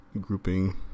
grouping